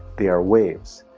they are waves.